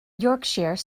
yorkshire